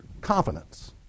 confidence